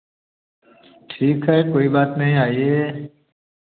ठीक है कोई बात नहीं आईए